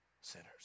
sinners